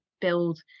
build